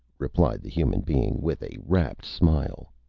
replied the human being, with a rapt smile.